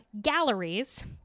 galleries